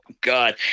God